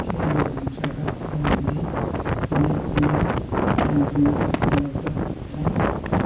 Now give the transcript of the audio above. के यो भान्साका सामग्री कुनै अन्य ब्रान्डमा उपलब्ध छन्